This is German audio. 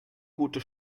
gute